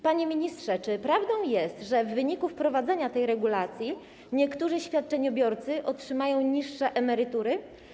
Panie ministrze, czy prawdą jest, że w wyniku wprowadzenia tej regulacji niektórzy świadczeniobiorcy otrzymają niższe emerytury?